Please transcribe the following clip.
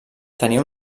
tenia